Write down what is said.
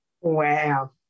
Wow